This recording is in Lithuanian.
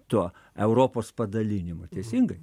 tuo europos padalinimu teisingai